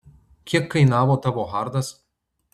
kiek kainavo tavo hardas